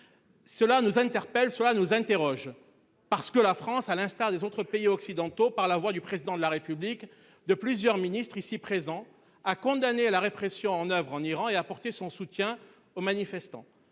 Cela nous interpelle. Soit nous interrogent parce que la France, à l'instar des autres pays occidentaux, par la voix du président de la République de plusieurs ministres ici présents à condamner la répression en oeuvre en Iran et apporté son soutien aux manifestants.